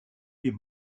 les